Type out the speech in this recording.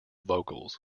vocals